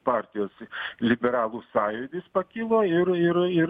partijos liberalų sąjūdis pakilo ir ir ir